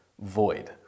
void